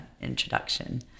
introduction